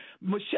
michelle